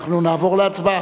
אנחנו נעבור להצבעה.